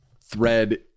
thread